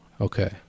Okay